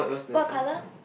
what colour